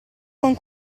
con